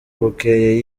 bukeye